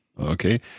Okay